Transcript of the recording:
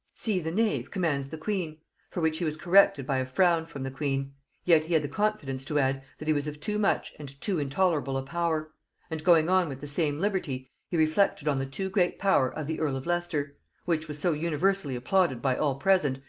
see the knave commands the queen for which he was corrected by frown from the queen yet he had the confidence to add, that he was of too much and too intolerable a power and going on with the same liberty, he reflected on the too great power of the earl of leicester which was so universally applauded by all present,